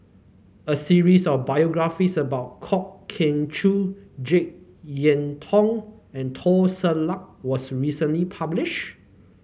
a series of biographies about Kwok Kian Chow JeK Yeun Thong and Teo Ser Luck was recently published